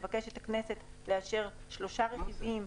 לבקש מהכנסת לאשר שלושה רכיבים.